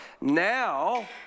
Now